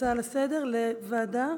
כהצעה לסדר-היום לוועדה,